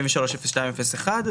430201,